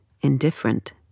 indifferent